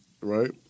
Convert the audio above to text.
right